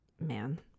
man